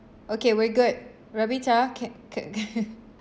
okay we're good ravita ca~ ca~